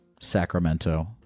Sacramento